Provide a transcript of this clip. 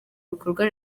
bikorwa